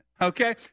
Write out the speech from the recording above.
Okay